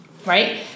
right